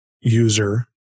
user